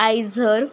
Eicher